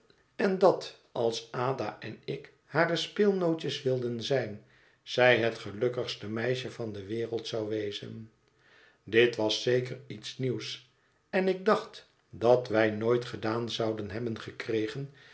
en dat als ada en ik hare speelnootjes wilden zijn zij het gelukkigste meisje van de wereld zou wezen dit was zeker iets nieuws en ik dacht dat wij nooit gedaan zouden hebben gekregen